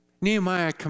Nehemiah